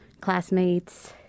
classmates